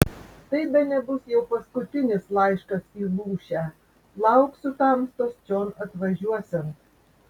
tai bene bus jau paskutinis laiškas į lūšę lauksiu tamstos čion atvažiuosiant